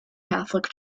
catholic